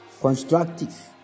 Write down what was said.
constructive